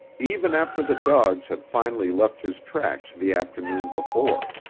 even after the dogs had finally left his tracks the afternoon before.